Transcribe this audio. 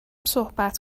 صحبت